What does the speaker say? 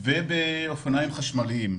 וכן באופניים חשמליים,